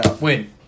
win